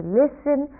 listen